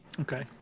Okay